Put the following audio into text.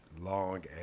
long